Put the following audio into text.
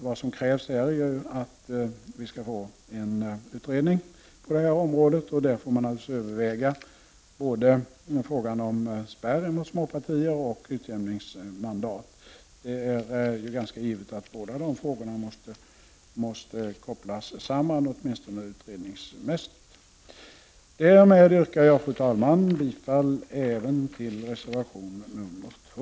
Vad som krävs är en utredning som får överväga både frågan om spärren mot småpartier och utjämningsmandat. Det är ganska givet att båda dessa frågor måste kopplas samman, åtminstone utredningsmässigt. Därmed yrkar jag, fru talman, bifall även till reservation 2.